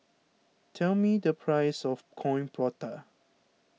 tell me the price of Coin Prata